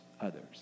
others